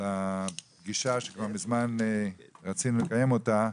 לפגישה שכבר מזמן רצינו לקיים אותה,